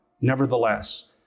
nevertheless